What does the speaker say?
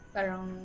Parang